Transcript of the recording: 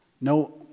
No